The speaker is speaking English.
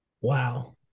Wow